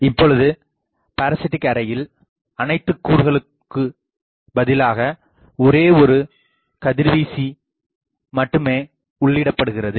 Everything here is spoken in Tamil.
இப்பொழுது பாரசிட்டிக்அரேயில் அனைத்து கூறுகளுக்கு பதிலாக ஒரேஒரு கதிர்வீசி மட்டுமே உள்ளீடப்படுகிறது